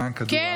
למען כדור הארץ,